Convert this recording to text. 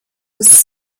was